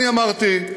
אני אמרתי,